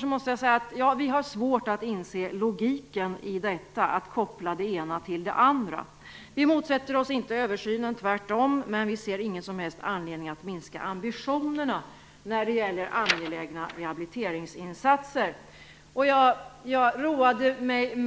För oss kristdemokrater är det svårt att inse logiken i att koppla det ena till det andra. Vi motsätter oss inte översynen, tvärtom. Men vi ser ingen som helst anledning att minska ambitionerna när det gäller angelägna rehabiliteringsinsatser. När